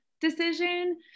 decision